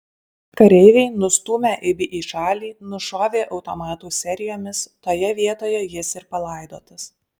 kareiviai nustūmę ibį į šalį nušovė automatų serijomis toje vietoje jis ir palaidotas